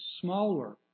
smaller